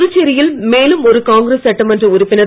புதுச்சேரியில் மேலும் ஒரு காங்கிரஸ் சட்டமன்ற உறுப்பினர்